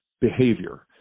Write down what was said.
behavior